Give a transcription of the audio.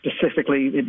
specifically